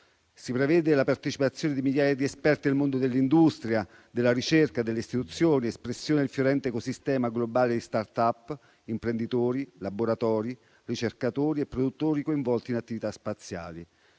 Si prevede la partecipazione di migliaia di esperti del mondo dell'industria, della ricerca e delle istituzioni, espressione del fiorente ecosistema globale di *start up*, imprenditori, laboratori, ricercatori e produttori coinvolti in attività spaziali.